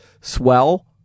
Swell